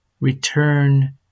Return